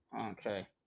Okay